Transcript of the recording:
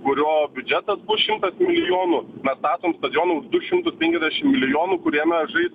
kurio biudžetas bus šimtas milijonų mes statom stadioną už du šimtus penkiasdešim milijonų kuriame žais